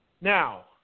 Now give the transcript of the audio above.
Now